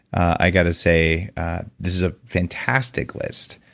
i've got to say this is a fantastic list.